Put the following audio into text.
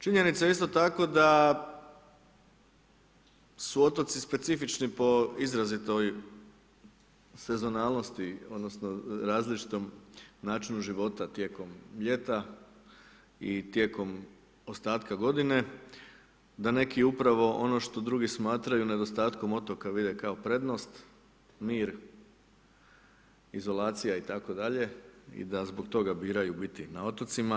Činjenica je isto tako da su otoci specifični po izrazitoj sezonalnosti odnosno različitom načinu života tijekom ljeta i tijekom ostatka godine, da neki upravo ono što drugi smatraju nedostatkom otoka vide kao prednost, mir, izolacija itd. i da zbog biraju biti na otocima.